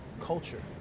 culture